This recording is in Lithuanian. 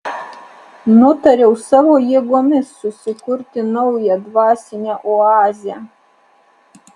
nutariau savo jėgomis susikurti naują dvasinę oazę